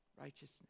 righteousness